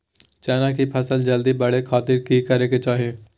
चना की फसल जल्दी बड़े खातिर की करे के चाही?